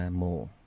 more